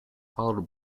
followed